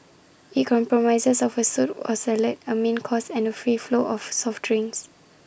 IT comprises of A soup or salad A main course and free flow of soft drinks